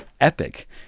epic